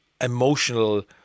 emotional